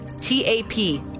T-A-P